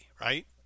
right